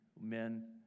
men